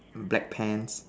black pants